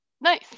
nice